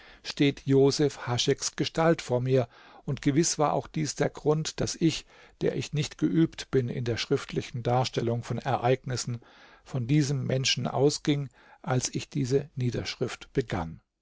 steht josef hascheks gestalt vor mir und gewiß war auch dies der grund daß ich der ich nicht geübt bin in der schriftlichen darstellung von ereignissen von diesem menschen ausging als ich diese niederschrift begann